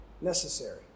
necessary